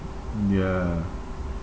ya